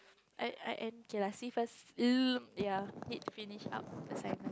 I I I kay [la] see first ya need to finish up assignment